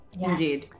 Indeed